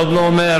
זה עוד לא אומר,